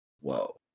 Whoa